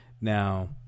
Now